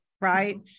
right